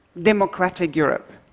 democratic europe,